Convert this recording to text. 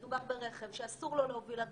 מדובר ברכב שאסור לו להוביל עגלים,